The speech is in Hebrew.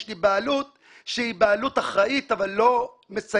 יש לי בעלות שהיא בעלות אחראית אבל לא מסייעת.